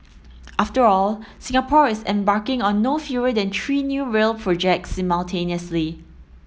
after all Singapore is embarking on no fewer than three new rail projects simultaneously